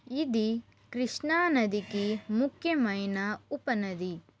ఇది కృష్ణా నదికి ముఖ్యమైన ఉపనది